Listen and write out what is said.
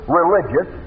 religious